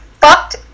fucked